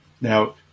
Now